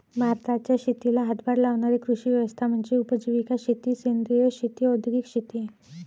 भारताच्या शेतीला हातभार लावणारी कृषी व्यवस्था म्हणजे उपजीविका शेती सेंद्रिय शेती औद्योगिक शेती